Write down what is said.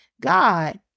God